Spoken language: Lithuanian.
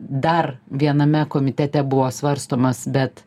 dar viename komitete buvo svarstomas bet